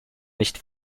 nicht